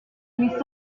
glissa